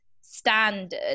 standard